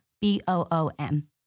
B-O-O-M